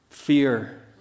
Fear